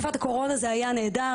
בתקופת הקורונה זה היה נהדר,